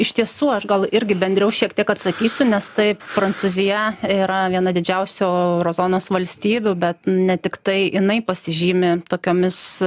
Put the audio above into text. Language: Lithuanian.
iš tiesų aš gal irgi bendriau šiek tiek atsakysiu nes taip prancūzija yra viena didžiausių euro zonos valstybių bet ne tiktai jinai pasižymi tokiomis